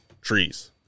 trees